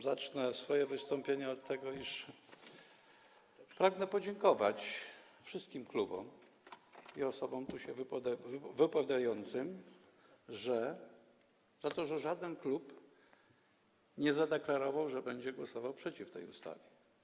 Zacznę swoje wystąpienie od tego, iż pragnę podziękować wszystkim klubom i osobom tu się wypowiadającym za to, że żaden klub nie zadeklarował, że będzie głosował przeciw tej ustawie.